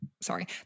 sorry